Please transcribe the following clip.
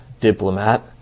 diplomat